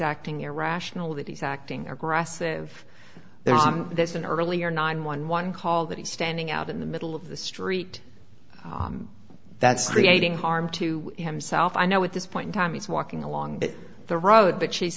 acting irrational that he's acting aggressive there's this in earlier nine one one call that he's standing out in the middle of the street that's creating harm to himself i know at this point in time he's walking along the road but she's